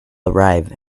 arrive